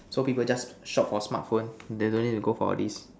so people just shop for smart phone they don't need to go for all this